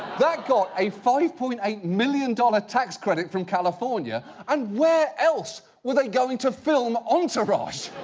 that got a five point eight million dollars tax credit from california and where else were they going to film entourage?